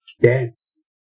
Dance